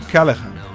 Callahan